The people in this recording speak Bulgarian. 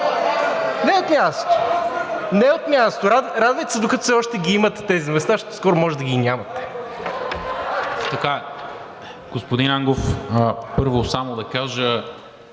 Не от място! Не от място, радвайте се, докато все още ги имате тези места, защото скоро може да ги нямате.